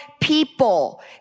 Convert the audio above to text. people